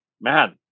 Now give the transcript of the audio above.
man